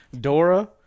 Dora